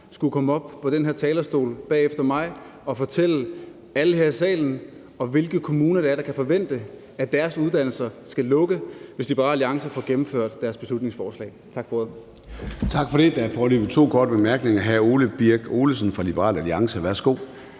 skal komme op på den her talerstol efter mig og fortælle alle her i salen, hvilke kommuner der kan forvente, at deres uddannelser skal lukke, hvis Liberal Alliance får gennemført deres beslutningsforslag. Tak for ordet.